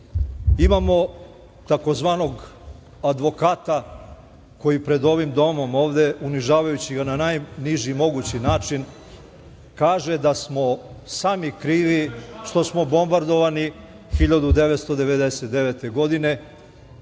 Imamo tzv. advokata koji pred ovim domom ovde, unižavajući ga na najniži mogući način, kaže da smo sami krivi što smo bombardovani 1999. godine,